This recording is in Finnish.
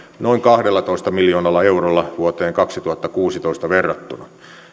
noin kahdellatoista miljoonalla eurolla vuoteen kaksituhattakuusitoista verrattuna